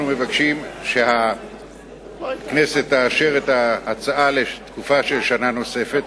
אנחנו מבקשים שהכנסת תאשר את ההצעה לתקופה של שנה נוספת.